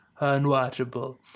unwatchable